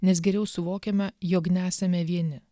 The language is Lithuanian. nes geriau suvokiame jog nesame vieni